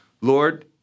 Lord